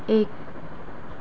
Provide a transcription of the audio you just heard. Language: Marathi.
एक